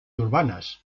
urbanas